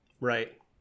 Right